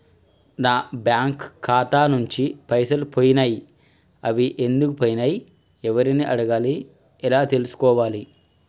నా బ్యాంకు ఖాతా నుంచి పైసలు పోయినయ్ అవి ఎందుకు పోయినయ్ ఎవరిని అడగాలి ఎలా తెలుసుకోవాలి?